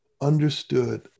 understood